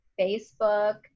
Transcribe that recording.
Facebook